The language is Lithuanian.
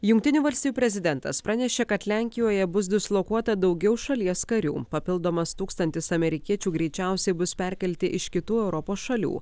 jungtinių valstijų prezidentas pranešė kad lenkijoje bus dislokuota daugiau šalies karių papildomas tūkstantis amerikiečių greičiausiai bus perkelti iš kitų europos šalių